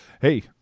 Hey